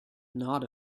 not